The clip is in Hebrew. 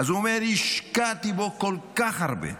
אז הוא אומר: השקעתי בו כל כך הרבה,